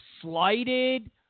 slighted